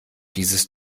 dieses